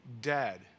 dead